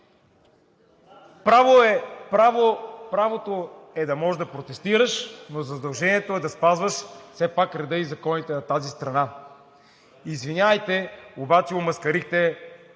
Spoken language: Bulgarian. Правото е да можеш да протестираш, но задължението е да спазваш все пак реда и законите на тази страна. Извинявайте, обаче омаскарихте